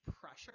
pressure